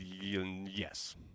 Yes